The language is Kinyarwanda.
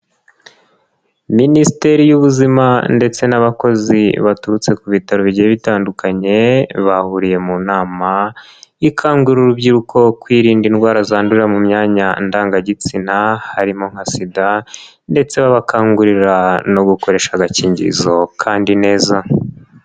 Minisiteri y'Ubuzima ndetse n'abakozi baturutse ku bitaro bigiye bitandukanye, bahuriye mu nama ikangurira urubyiruko kwirinda indwara zandurira mu myanya ndangagitsina harimo nka sida, ndetse babakangurira no gukoresha agakingirizo kandi neza.